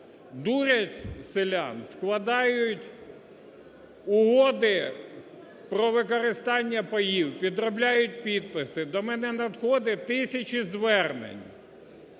Дурять селян. Складають угоди про використання паїв, підроблять підписи. До мене надходять тисячі звернень.